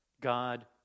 God